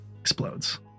explodes